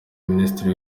minisitiri